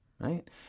Right